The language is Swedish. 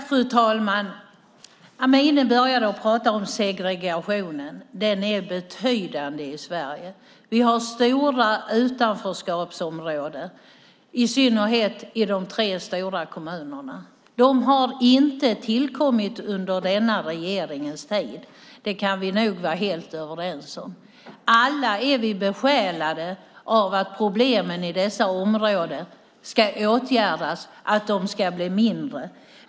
Fru talman! Amineh Kakabaveh började med att ta upp segregationen. Den är betydande i Sverige. Vi har stora områden där det råder ett utanförskap. Det gäller i synnerhet de tre stora kommunerna. Segregationen har emellertid inte tillkommit under den nuvarande regeringens tid. Det kan vi nog vara helt överens om. Alla är vi besjälade av att problemen i dessa områden ska åtgärdas, så att de blir mindre.